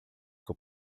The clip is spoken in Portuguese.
que